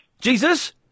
Jesus